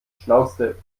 schnauzte